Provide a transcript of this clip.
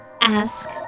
Ask